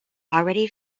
already